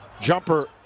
Jumper